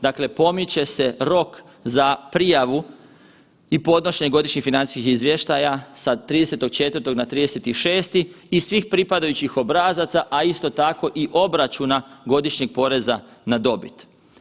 Dakle, pomiče se rok za prijavu i podnošenje godišnjih financijskih izvještaja sa 30.4. na 30.6. i svih pripadajućih obrazaca, a isto tako i obračuna godišnjeg poreza na dobit.